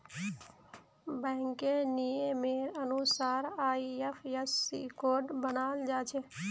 बैंकेर नियमेर अनुसार आई.एफ.एस.सी कोड बनाल जाछे